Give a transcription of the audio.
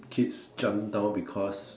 kids jump down because